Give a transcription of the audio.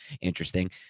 interesting